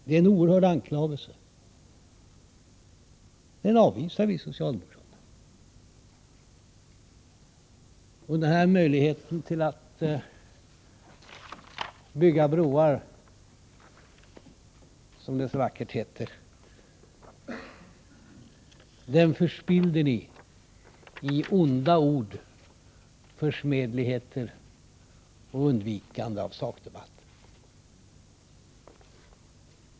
Det är en oerhörd anklagelse, som vi socialdemokrater avvisar. Möjligheten att bygga broar, som det så vackert heter, förspillde ni genom att med onda ord och försmädligheter undvika sakdebatten.